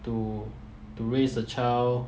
to to raise a child